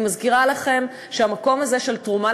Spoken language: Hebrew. אני מזכירה לכם שהמקום הזה של תרומה